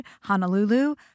Honolulu